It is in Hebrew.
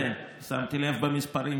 כן, שמתי לב במספרים.